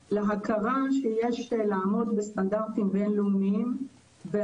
צמחי שלא בהכרח מלכתחילה אנחנו מכירים מה